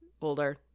older